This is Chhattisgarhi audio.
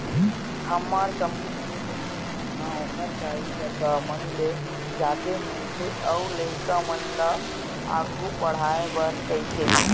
हमर समूह के बहिनी मन ह ओखर दाई ददा मन ले जाके मिलथे अउ लइका मन ल आघु पड़हाय बर कहिथे